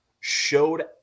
showed